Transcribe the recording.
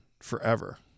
forever